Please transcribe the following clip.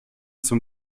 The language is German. zum